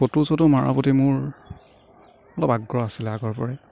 photo চটো মাৰাৰ প্ৰতি মোৰ অলপ আগ্ৰহ আছিলে আগৰপৰাই